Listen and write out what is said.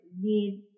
need